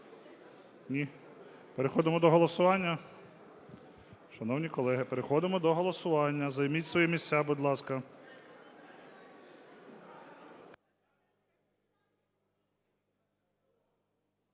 Ні. Переходимо до голосування? Шановні колеги, переходимо до голосування. Займіть свої місця, будь ласка.